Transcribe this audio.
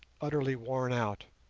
utterly worn out